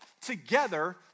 together